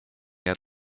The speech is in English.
had